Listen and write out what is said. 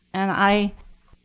and i